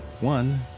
One